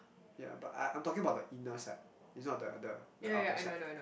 ya but I I'm talking about the inner side it's not the the the outer side